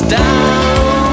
down